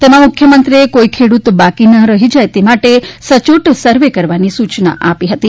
જેમાં મુખ્યમંત્રીએ કોઈ ખેડૂત બાકી ન રહી જાય તે માટે સચોટ સર્વે કરવાની સૂચના આપી હતી